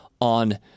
on